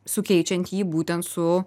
sukeičiant jį būtent su